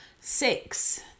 six